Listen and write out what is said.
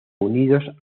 unidos